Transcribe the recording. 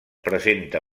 presenta